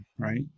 right